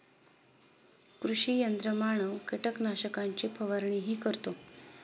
कृषी यंत्रमानव कीटकनाशकांची फवारणीही करतो